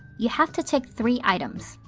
you have to tick three items.